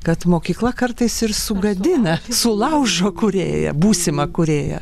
kad mokykla kartais ir sugadina sulaužo kūrėją būsimą kūrėją